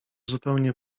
zupełnie